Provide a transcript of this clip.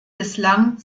bislang